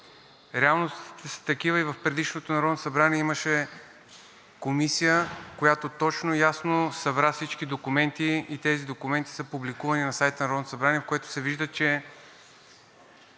Реалностите са такива и в предишното Народно събрание имаше комисия, която точно и ясно събра всички документи и тези документи са публикувани на сайта на Народното събрание, от което се вижда, че